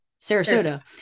Sarasota